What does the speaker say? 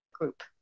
group